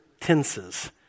tenses